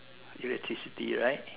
electricity right